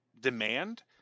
demand